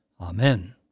Amen